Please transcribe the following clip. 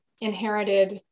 inherited